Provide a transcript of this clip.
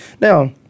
Now